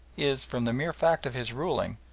is, from the mere fact of his ruling,